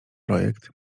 projekt